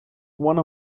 one